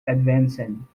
advancing